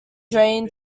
drain